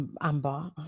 Amber